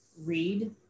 read